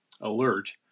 alert